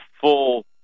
full